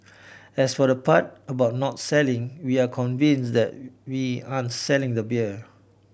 as for the part about not selling we are convinced that we aren't selling the beer